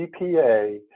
CPA